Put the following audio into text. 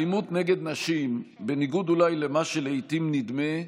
האלימות נגד נשים, בניגוד אולי למה שלעיתים נדמה,